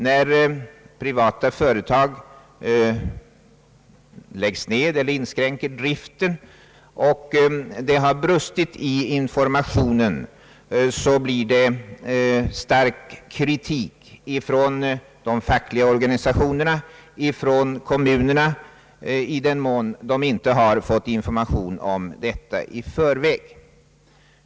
När privata företag lagts ned eller inskränkt driften och det har brustit i informationen, så har detta väckt stark kritik från de fackliga organisationerna och från kommunerna för att de inte fått veta någonting i förväg.